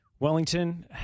Wellington